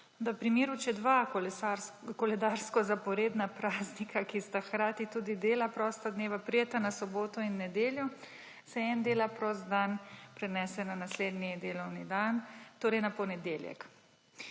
da v primeru, če dva koledarsko zaporedna praznika, ki sta hkrati tudi dela prosta dneva, prideta na soboto in nedeljo, se en dela prost dan prenese na naslednji delovni dan, torej na ponedeljek.